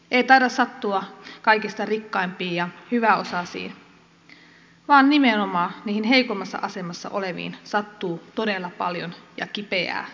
ei taida sattua kaikista rikkaimpiin ja hyväosaisiin vaan nimenomaan niihin heikoimmassa asemassa oleviin sattuu todella paljon ja kipeää kovaa